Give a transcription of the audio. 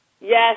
Yes